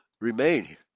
remain